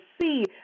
see